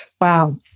Wow